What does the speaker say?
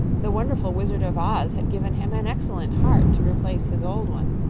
the wonderful wizard of oz had given him an excellent heart to replace his old one,